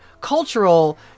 cultural